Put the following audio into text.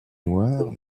noire